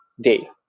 day